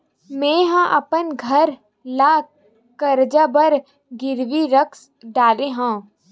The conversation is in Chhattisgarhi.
मेहा अपन घर ला कर्जा बर गिरवी रख डरे हव